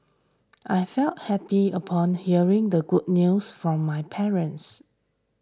I felt happy upon hearing the good news from my parents